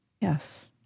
Yes